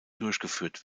durchgeführt